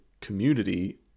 community